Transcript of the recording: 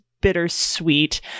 bittersweet